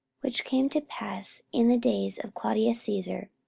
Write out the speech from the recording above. which came to pass in the days of claudius caesar.